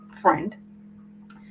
friend